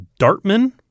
Dartman